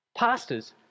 Pastors